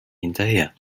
hinterher